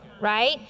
right